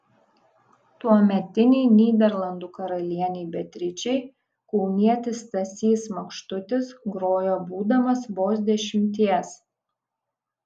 tuometei nyderlandų karalienei beatričei kaunietis stasys makštutis grojo būdamas vos dešimties